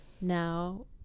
now